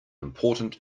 important